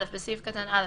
(א)בסעיף קטן (א),